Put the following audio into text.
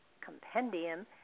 compendium